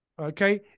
okay